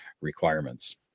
requirements